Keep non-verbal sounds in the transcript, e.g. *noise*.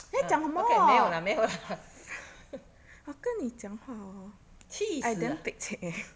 *laughs* okay 没有啦没有啦 *laughs* 气死啦